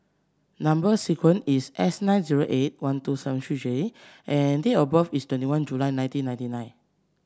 number sequence is S nine zero eight one two seven three J and date of birth is twenty one July nineteen ninety nine